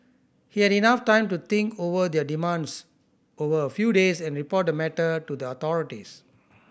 he had enough time to think over their demands over a few days and report the matter to the authorities